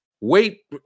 Wait